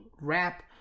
wrap